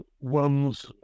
one's